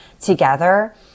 together